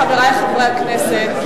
חברי חברי הכנסת,